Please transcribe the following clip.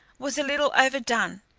was a little overdone,